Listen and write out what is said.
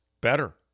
better